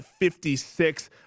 56